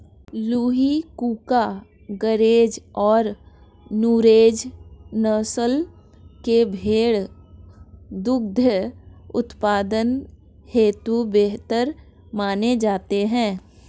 लूही, कूका, गरेज और नुरेज नस्ल के भेंड़ दुग्ध उत्पादन हेतु बेहतर माने जाते हैं